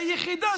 היחידה